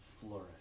flourish